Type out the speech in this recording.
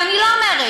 ואני לא אומרת,